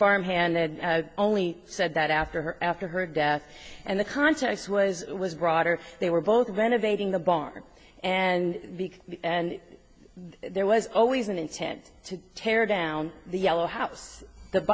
farm hand they had only said that after her after her death and the context was was broader they were both renovating the bar and and there was always an intent to tear down the yellow house the